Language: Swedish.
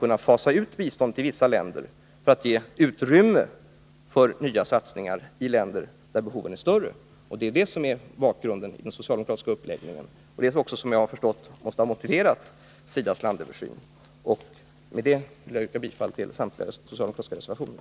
kunna fasa ut biståndet till vissa länder för att kunna ge utrymme åt andra länder, där behoven är större. Det är det som är bakgrunden till den socialdemokratiska uppläggningen. Det är också, såvitt jag förstår, det som har motiverat SIDA:s landöversyn. Med detta, herr talman, vill jag yrka bifall till samtliga socialdemokratiska reservationer.